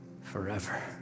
forever